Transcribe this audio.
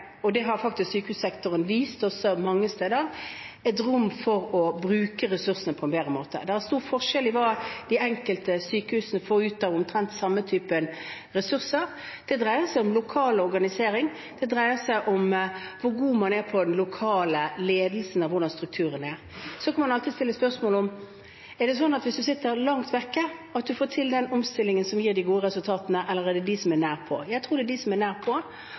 og det har faktisk sykehussektoren vist oss mange steder, rom for å bruke ressursene på en bedre måte. Det er stor forskjell på hva de enkelte sykehusene får ut av omtrent samme typen ressurser. Det dreier seg om lokal organisering. Det dreier seg om hvor god man er i den lokale ledelsen, av hvordan strukturen er. Så kan man alltid stille spørsmålet: Er det sånn at hvis man sitter langt vekk, så får man til den omstillingen som gir de gode resultatene? Eller er det de som er nært på, som får det til? Jeg tror det er de som er nært på.